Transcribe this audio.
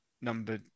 number